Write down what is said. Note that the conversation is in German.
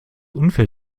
unfair